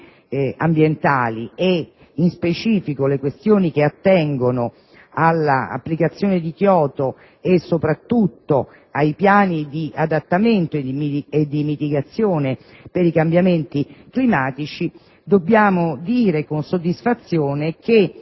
ambientale e, nello specifico, le questioni che attengono all'applicazione del Protocollo di Kyoto e soprattutto ai piani di adattamento e di mitigazione per i cambiamenti climatici, dobbiamo dire con soddisfazione che